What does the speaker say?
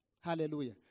hallelujah